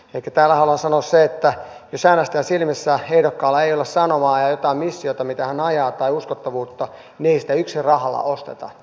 elikkä tällä haluan sanoa sen että jos äänestäjän silmissä ehdokkaalla ei ole sanomaa ja jotain missiota mitä hän ajaa tai uskottavuutta niin ei sitä yksin rahalla osteta